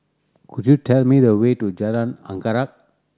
could you tell me the way to Jalan Anggerek